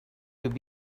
would